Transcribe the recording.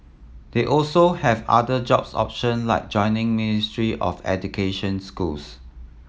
they also have other jobs option like joining Ministry of Education schools